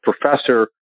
professor